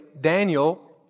Daniel